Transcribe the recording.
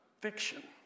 fiction